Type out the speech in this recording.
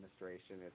administration